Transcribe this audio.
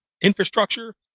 infrastructure